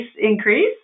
increase